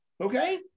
okay